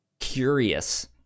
curious